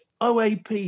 OAP